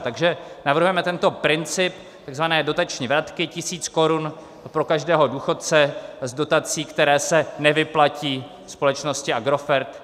Takže navrhujeme tento princip takzvané dotační vratky 1 000 korun pro každého důchodce z dotací, které se nevyplatí společnosti Agrofert.